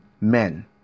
Men